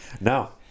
No